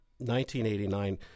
1989